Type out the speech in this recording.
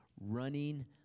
Running